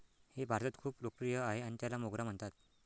हे भारतात खूप लोकप्रिय आहे आणि त्याला मोगरा म्हणतात